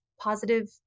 positive